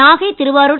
Nagai Thiruvarur